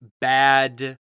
bad